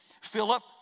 Philip